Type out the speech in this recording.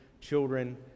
children